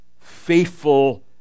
faithful